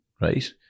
right